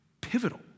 pivotal